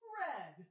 red